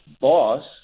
boss